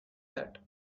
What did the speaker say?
that